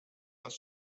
das